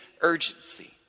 urgency